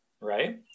right